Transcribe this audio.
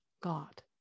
god